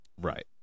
Right